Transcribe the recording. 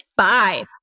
Five